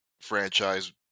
franchise